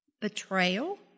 betrayal